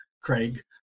craig